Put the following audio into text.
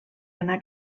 anar